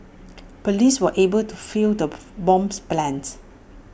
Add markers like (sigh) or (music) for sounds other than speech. Police were able to foil the (noise) bomber's plans